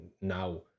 now